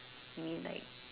you mean like